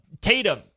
Tatum